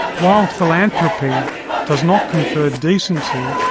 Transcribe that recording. while philanthropy does not confer decency,